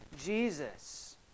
Jesus